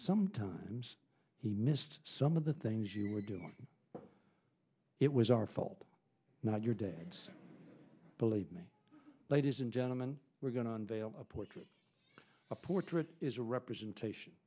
sometimes he missed some of the things you were doing it was our fault not your dad's believe me ladies and gentlemen we're going to unveil a portrait a portrait is a representation